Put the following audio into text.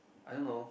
I don't know